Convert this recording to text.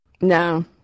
no